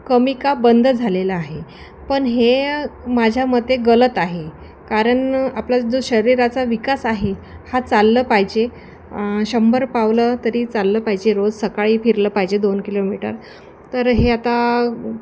कमी का बंद झालेलं आहे पण हे माझ्या मते गलत आहे कारण आपला जो शरीराचा विकास आहे हा चाललं पाहिजे शंभर पावलं तरी चाललं पाहिजे रोज सकाळी फिरलं पाहिजे दोन किलोमीटर तर हे आता